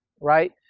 Right